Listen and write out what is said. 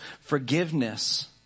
forgiveness